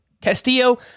Castillo